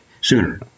sooner